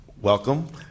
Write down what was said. welcome